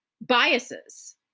biases